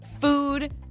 food